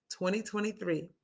2023